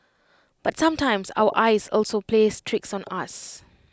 but sometimes our eyes also plays tricks on us